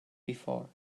before